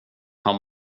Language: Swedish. han